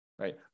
right